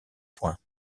points